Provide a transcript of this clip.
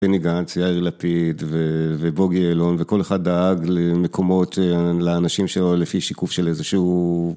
בני גנץ, יאיר לפיד ובוגי יעלון וכל אחד דאג למקומות לאנשים שלו לפי שיקוף של איזשהו